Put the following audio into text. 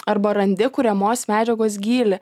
arba randi kuriamos medžiagos gylį